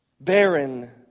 barren